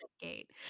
gate